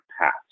paths